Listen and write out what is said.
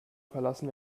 verlassen